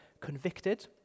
convicted